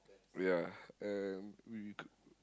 ya and we